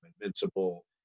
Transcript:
invincible